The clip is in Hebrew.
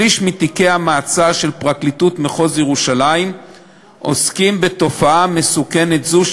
שליש מתיקי המעצר של פרקליטות מחוז ירושלים עוסקים בתופעה מסוכנת זו,